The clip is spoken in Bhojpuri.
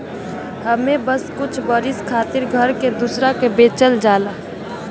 एमे बस कुछ बरिस खातिर घर के दूसरा के बेचल जाला